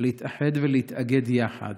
להתאחד ולהתאגד יחד